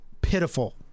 pitiful